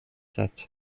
that